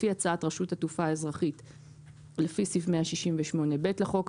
לפי הצעת רשות התעופה האזרחית לפי סעיף 168(ב) לחוק,